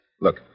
Look